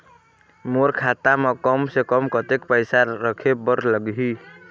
मोला खाता म कम से कम कतेक पैसा रखे बर लगही?